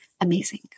amazing